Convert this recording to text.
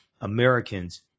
Americans